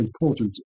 important